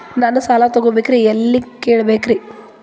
ನಾನು ಸಾಲ ತೊಗೋಬೇಕ್ರಿ ಎಲ್ಲ ಕೇಳಬೇಕ್ರಿ?